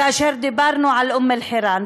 כאשר דיברנו על אום-אלחיראן.